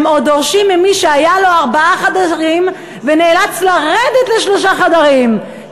הם עוד דורשים ממי שהיו לו ארבעה חדרים ונאלץ לרדת לשלושה חדרים,